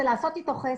זה לעשות אתו חסד.